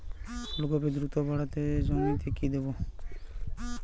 ফুলকপি দ্রুত বাড়াতে জমিতে কি দেবো?